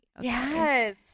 yes